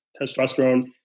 testosterone